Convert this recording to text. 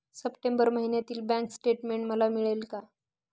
September महिन्यातील bank statement मला मिळेल का?